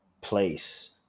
place